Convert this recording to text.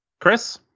Chris